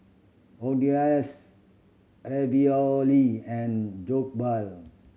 Quesadillas Ravioli and Jokbal